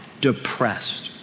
depressed